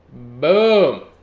boom.